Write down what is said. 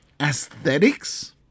aesthetics